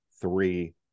three